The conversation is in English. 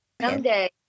Someday